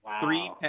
three